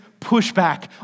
pushback